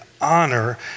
honor